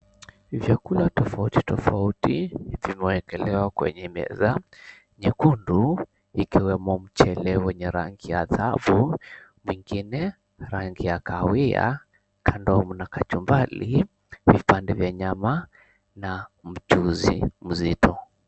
Vyakula tofauti tofauti vimeekelewa kwenye meza nyekundu ikiwemo mchele wenye rangi ya dhahabu, mwingine rangi ya kahawia, kando mna kachumbari, vipande vya nyama na mchuzi mzito.